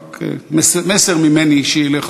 רק מסר ממני אישי אליך,